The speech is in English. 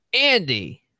Andy